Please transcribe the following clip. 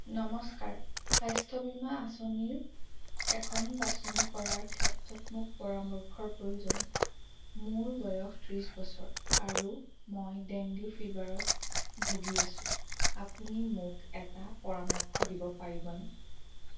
নমস্কাৰ স্বাস্থ্য বীমা আঁচনি এখন বাছনি কৰাৰ ক্ষেত্ৰত মোক পৰামৰ্শৰ প্ৰয়োজন মোৰ বয়স ত্ৰিছ বছৰ আৰু মই ডেংগু ফিভাৰত ভুগি আছো আপুনি মোক এটা পৰামৰ্শ দিব পাৰিবনে